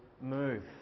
move